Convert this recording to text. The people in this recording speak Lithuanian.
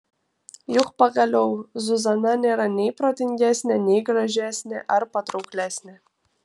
juk pagaliau zuzana nėra nei protingesnė nei gražesnė ar patrauklesnė